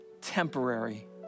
temporary